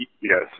Yes